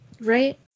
Right